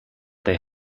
they